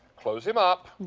close him up.